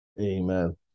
Amen